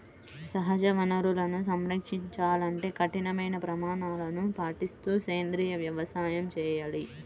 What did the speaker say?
సహజ వనరులను సంరక్షించాలంటే కఠినమైన ప్రమాణాలను పాటిస్తూ సేంద్రీయ వ్యవసాయం చేయాలి